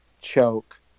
choke